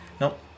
Nope